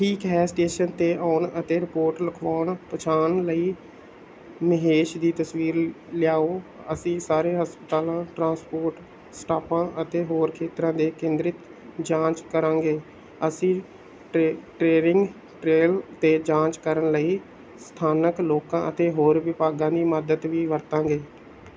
ਠੀਕ ਹੈ ਸਟੇਸ਼ਨ 'ਤੇ ਆਉਣ ਅਤੇ ਰਿਪੋਰਟ ਲਿਖਵਾਉਣ ਪਛਾਣ ਲਈ ਮਹੇਸ਼ ਦੀ ਤਸਵੀਰ ਲਿਆਓ ਅਸੀਂ ਸਾਰੇ ਹਸਪਤਾਲਾਂ ਟਰਾਂਸਪੋਰਟ ਸਟਾਪਾਂ ਅਤੇ ਹੋਰ ਖੇਤਰਾਂ 'ਤੇ ਕੇਂਦ੍ਰਿਤ ਜਾਂਚ ਕਰਾਂਗੇ ਅਸੀਂ ਟ੍ਰੈ ਟ੍ਰੈਰਿੰਗ ਟ੍ਰੇਲ 'ਤੇ ਜਾਂਚ ਕਰਨ ਲਈ ਸਥਾਨਕ ਲੋਕਾਂ ਅਤੇ ਹੋਰ ਵਿਭਾਗਾਂ ਦੀ ਮਦਦ ਵੀ ਵਰਤਾਂਗੇ